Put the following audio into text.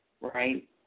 right